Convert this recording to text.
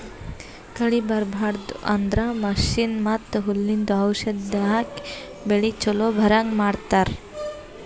ಕಳಿ ಬರ್ಬಾಡದು ಅಂದ್ರ ಮಷೀನ್ ಮತ್ತ್ ಹುಲ್ಲಿಂದು ಔಷಧ್ ಹಾಕಿ ಬೆಳಿ ಚೊಲೋ ಬರಹಂಗ್ ಮಾಡತ್ತರ್